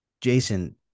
Jason